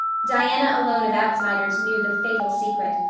diana alone of outsiders knew the fatal secret,